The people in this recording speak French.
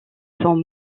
son